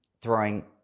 throwing